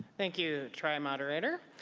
thank you, tri-mod rater.